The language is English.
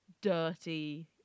dirty